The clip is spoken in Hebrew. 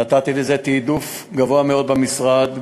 נתתי לזה עדיפות גבוהה מאוד במשרד,